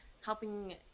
helping